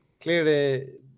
clearly